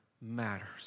matters